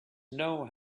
know